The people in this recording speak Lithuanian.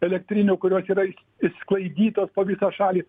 elektrinių kurios yra išsklaidytos po visą šalį